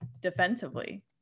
defensively